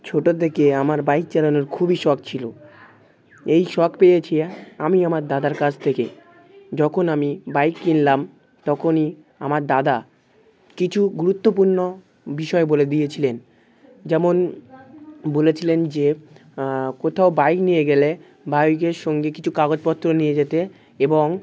ছোটো থেকে আমার বাইক চালানোর খুবই শখ ছিলো এই শখ পেয়েছি আমি আমার দাদার কাছ থেকে যখন আমি বাইক কিনলাম তখনই আমার দাদা কিছু গুরুত্বপূর্ণ বিষয় বলে দিয়েছিলেন যেমন বলেছিলেন যে কোথাও বাইক নিয়ে গেলে বাইকের সঙ্গে কিছু কাগজপত্র নিয়ে যেতে এবং